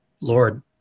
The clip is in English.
Lord